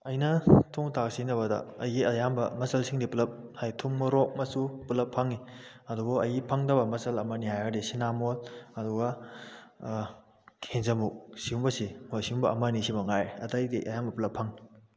ꯑꯩꯅ ꯊꯣꯡ ꯊꯥꯛꯄ ꯁꯤꯖꯤꯟꯅꯕꯗ ꯑꯩꯒꯤ ꯑꯌꯥꯝꯕ ꯃꯆꯜꯁꯤꯡꯗꯤ ꯄꯨꯜꯂꯞ ꯍꯥꯏꯗꯤ ꯊꯨꯝ ꯃꯣꯔꯣꯛ ꯃꯆꯨ ꯄꯨꯜꯂꯞ ꯐꯪꯉꯤ ꯑꯗꯨꯕꯨ ꯑꯩꯒꯤ ꯐꯪꯗꯕ ꯃꯆꯜ ꯑꯃ ꯑꯅꯤ ꯍꯥꯏꯔꯗꯤ ꯁꯤꯅꯥꯃꯣꯜ ꯑꯗꯨꯒ ꯈꯦꯖꯃꯨꯛ ꯁꯤꯒꯨꯝꯕꯁꯤ ꯃꯣꯏ ꯁꯤꯒꯨꯝꯕ ꯑꯃꯅꯤꯁꯤ ꯃꯉꯥꯏꯔꯦ ꯑꯇꯩꯗꯤ ꯑꯌꯥꯝꯕ ꯄꯨꯜꯂꯞ ꯐꯪꯏ